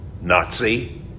Nazi